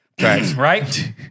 Right